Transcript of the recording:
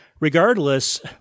Regardless